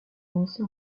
lancés